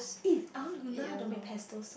eh I want to learn how to make pesto